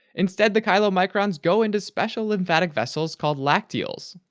instead, the chylomicrons go into special lymphatic vessels called lacteals,